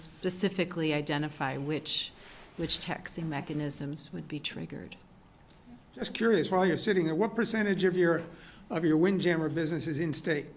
specific lee identify which which taxing mechanisms would be triggered it's curious while you're sitting there what percentage of your of your windjammer business is in state